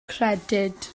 credyd